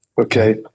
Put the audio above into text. Okay